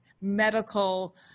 medical